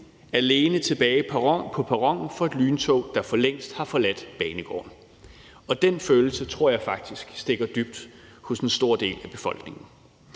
alene tilbage på perronen for et lyntog, der for længst har forladt banegården. Og den følelse tror jeg faktisk stikker dybt hos en stor del af befolkningen.